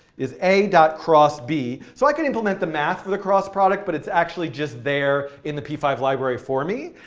is a cross b. so i can implement the math for the cross product, but it's actually just there in the p five library for me.